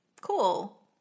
Cool